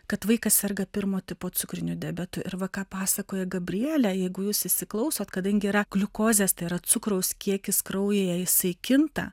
kad vaikas serga pirmo tipo cukriniu diabetu ir va ką pasakojo gabrielė jeigu jūs įsiklausot kadangi yra gliukozės tai yra cukraus kiekis kraujyje jisai kinta